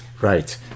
right